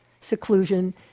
seclusion